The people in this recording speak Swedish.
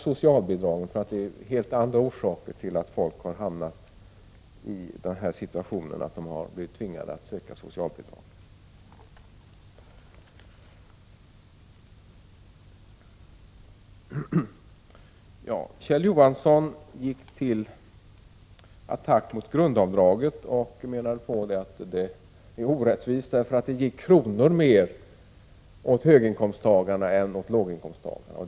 Det är inte för att betala skatt som folk tvingas att söka socialbidrag. Kjell Johansson gick till attack mot grundavdraget och menade att det är orättvist eftersom det i kronor räknat ger mer åt höginkomsttagarna än åt låginkomsttagarna.